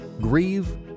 grieve